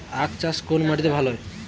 আখ চাষ কোন মাটিতে ভালো হয়?